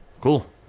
cool